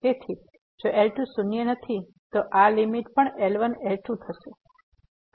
તેથી જો L2શૂન્ય નથી તો આ લીમીટ પણ L1L2 થશે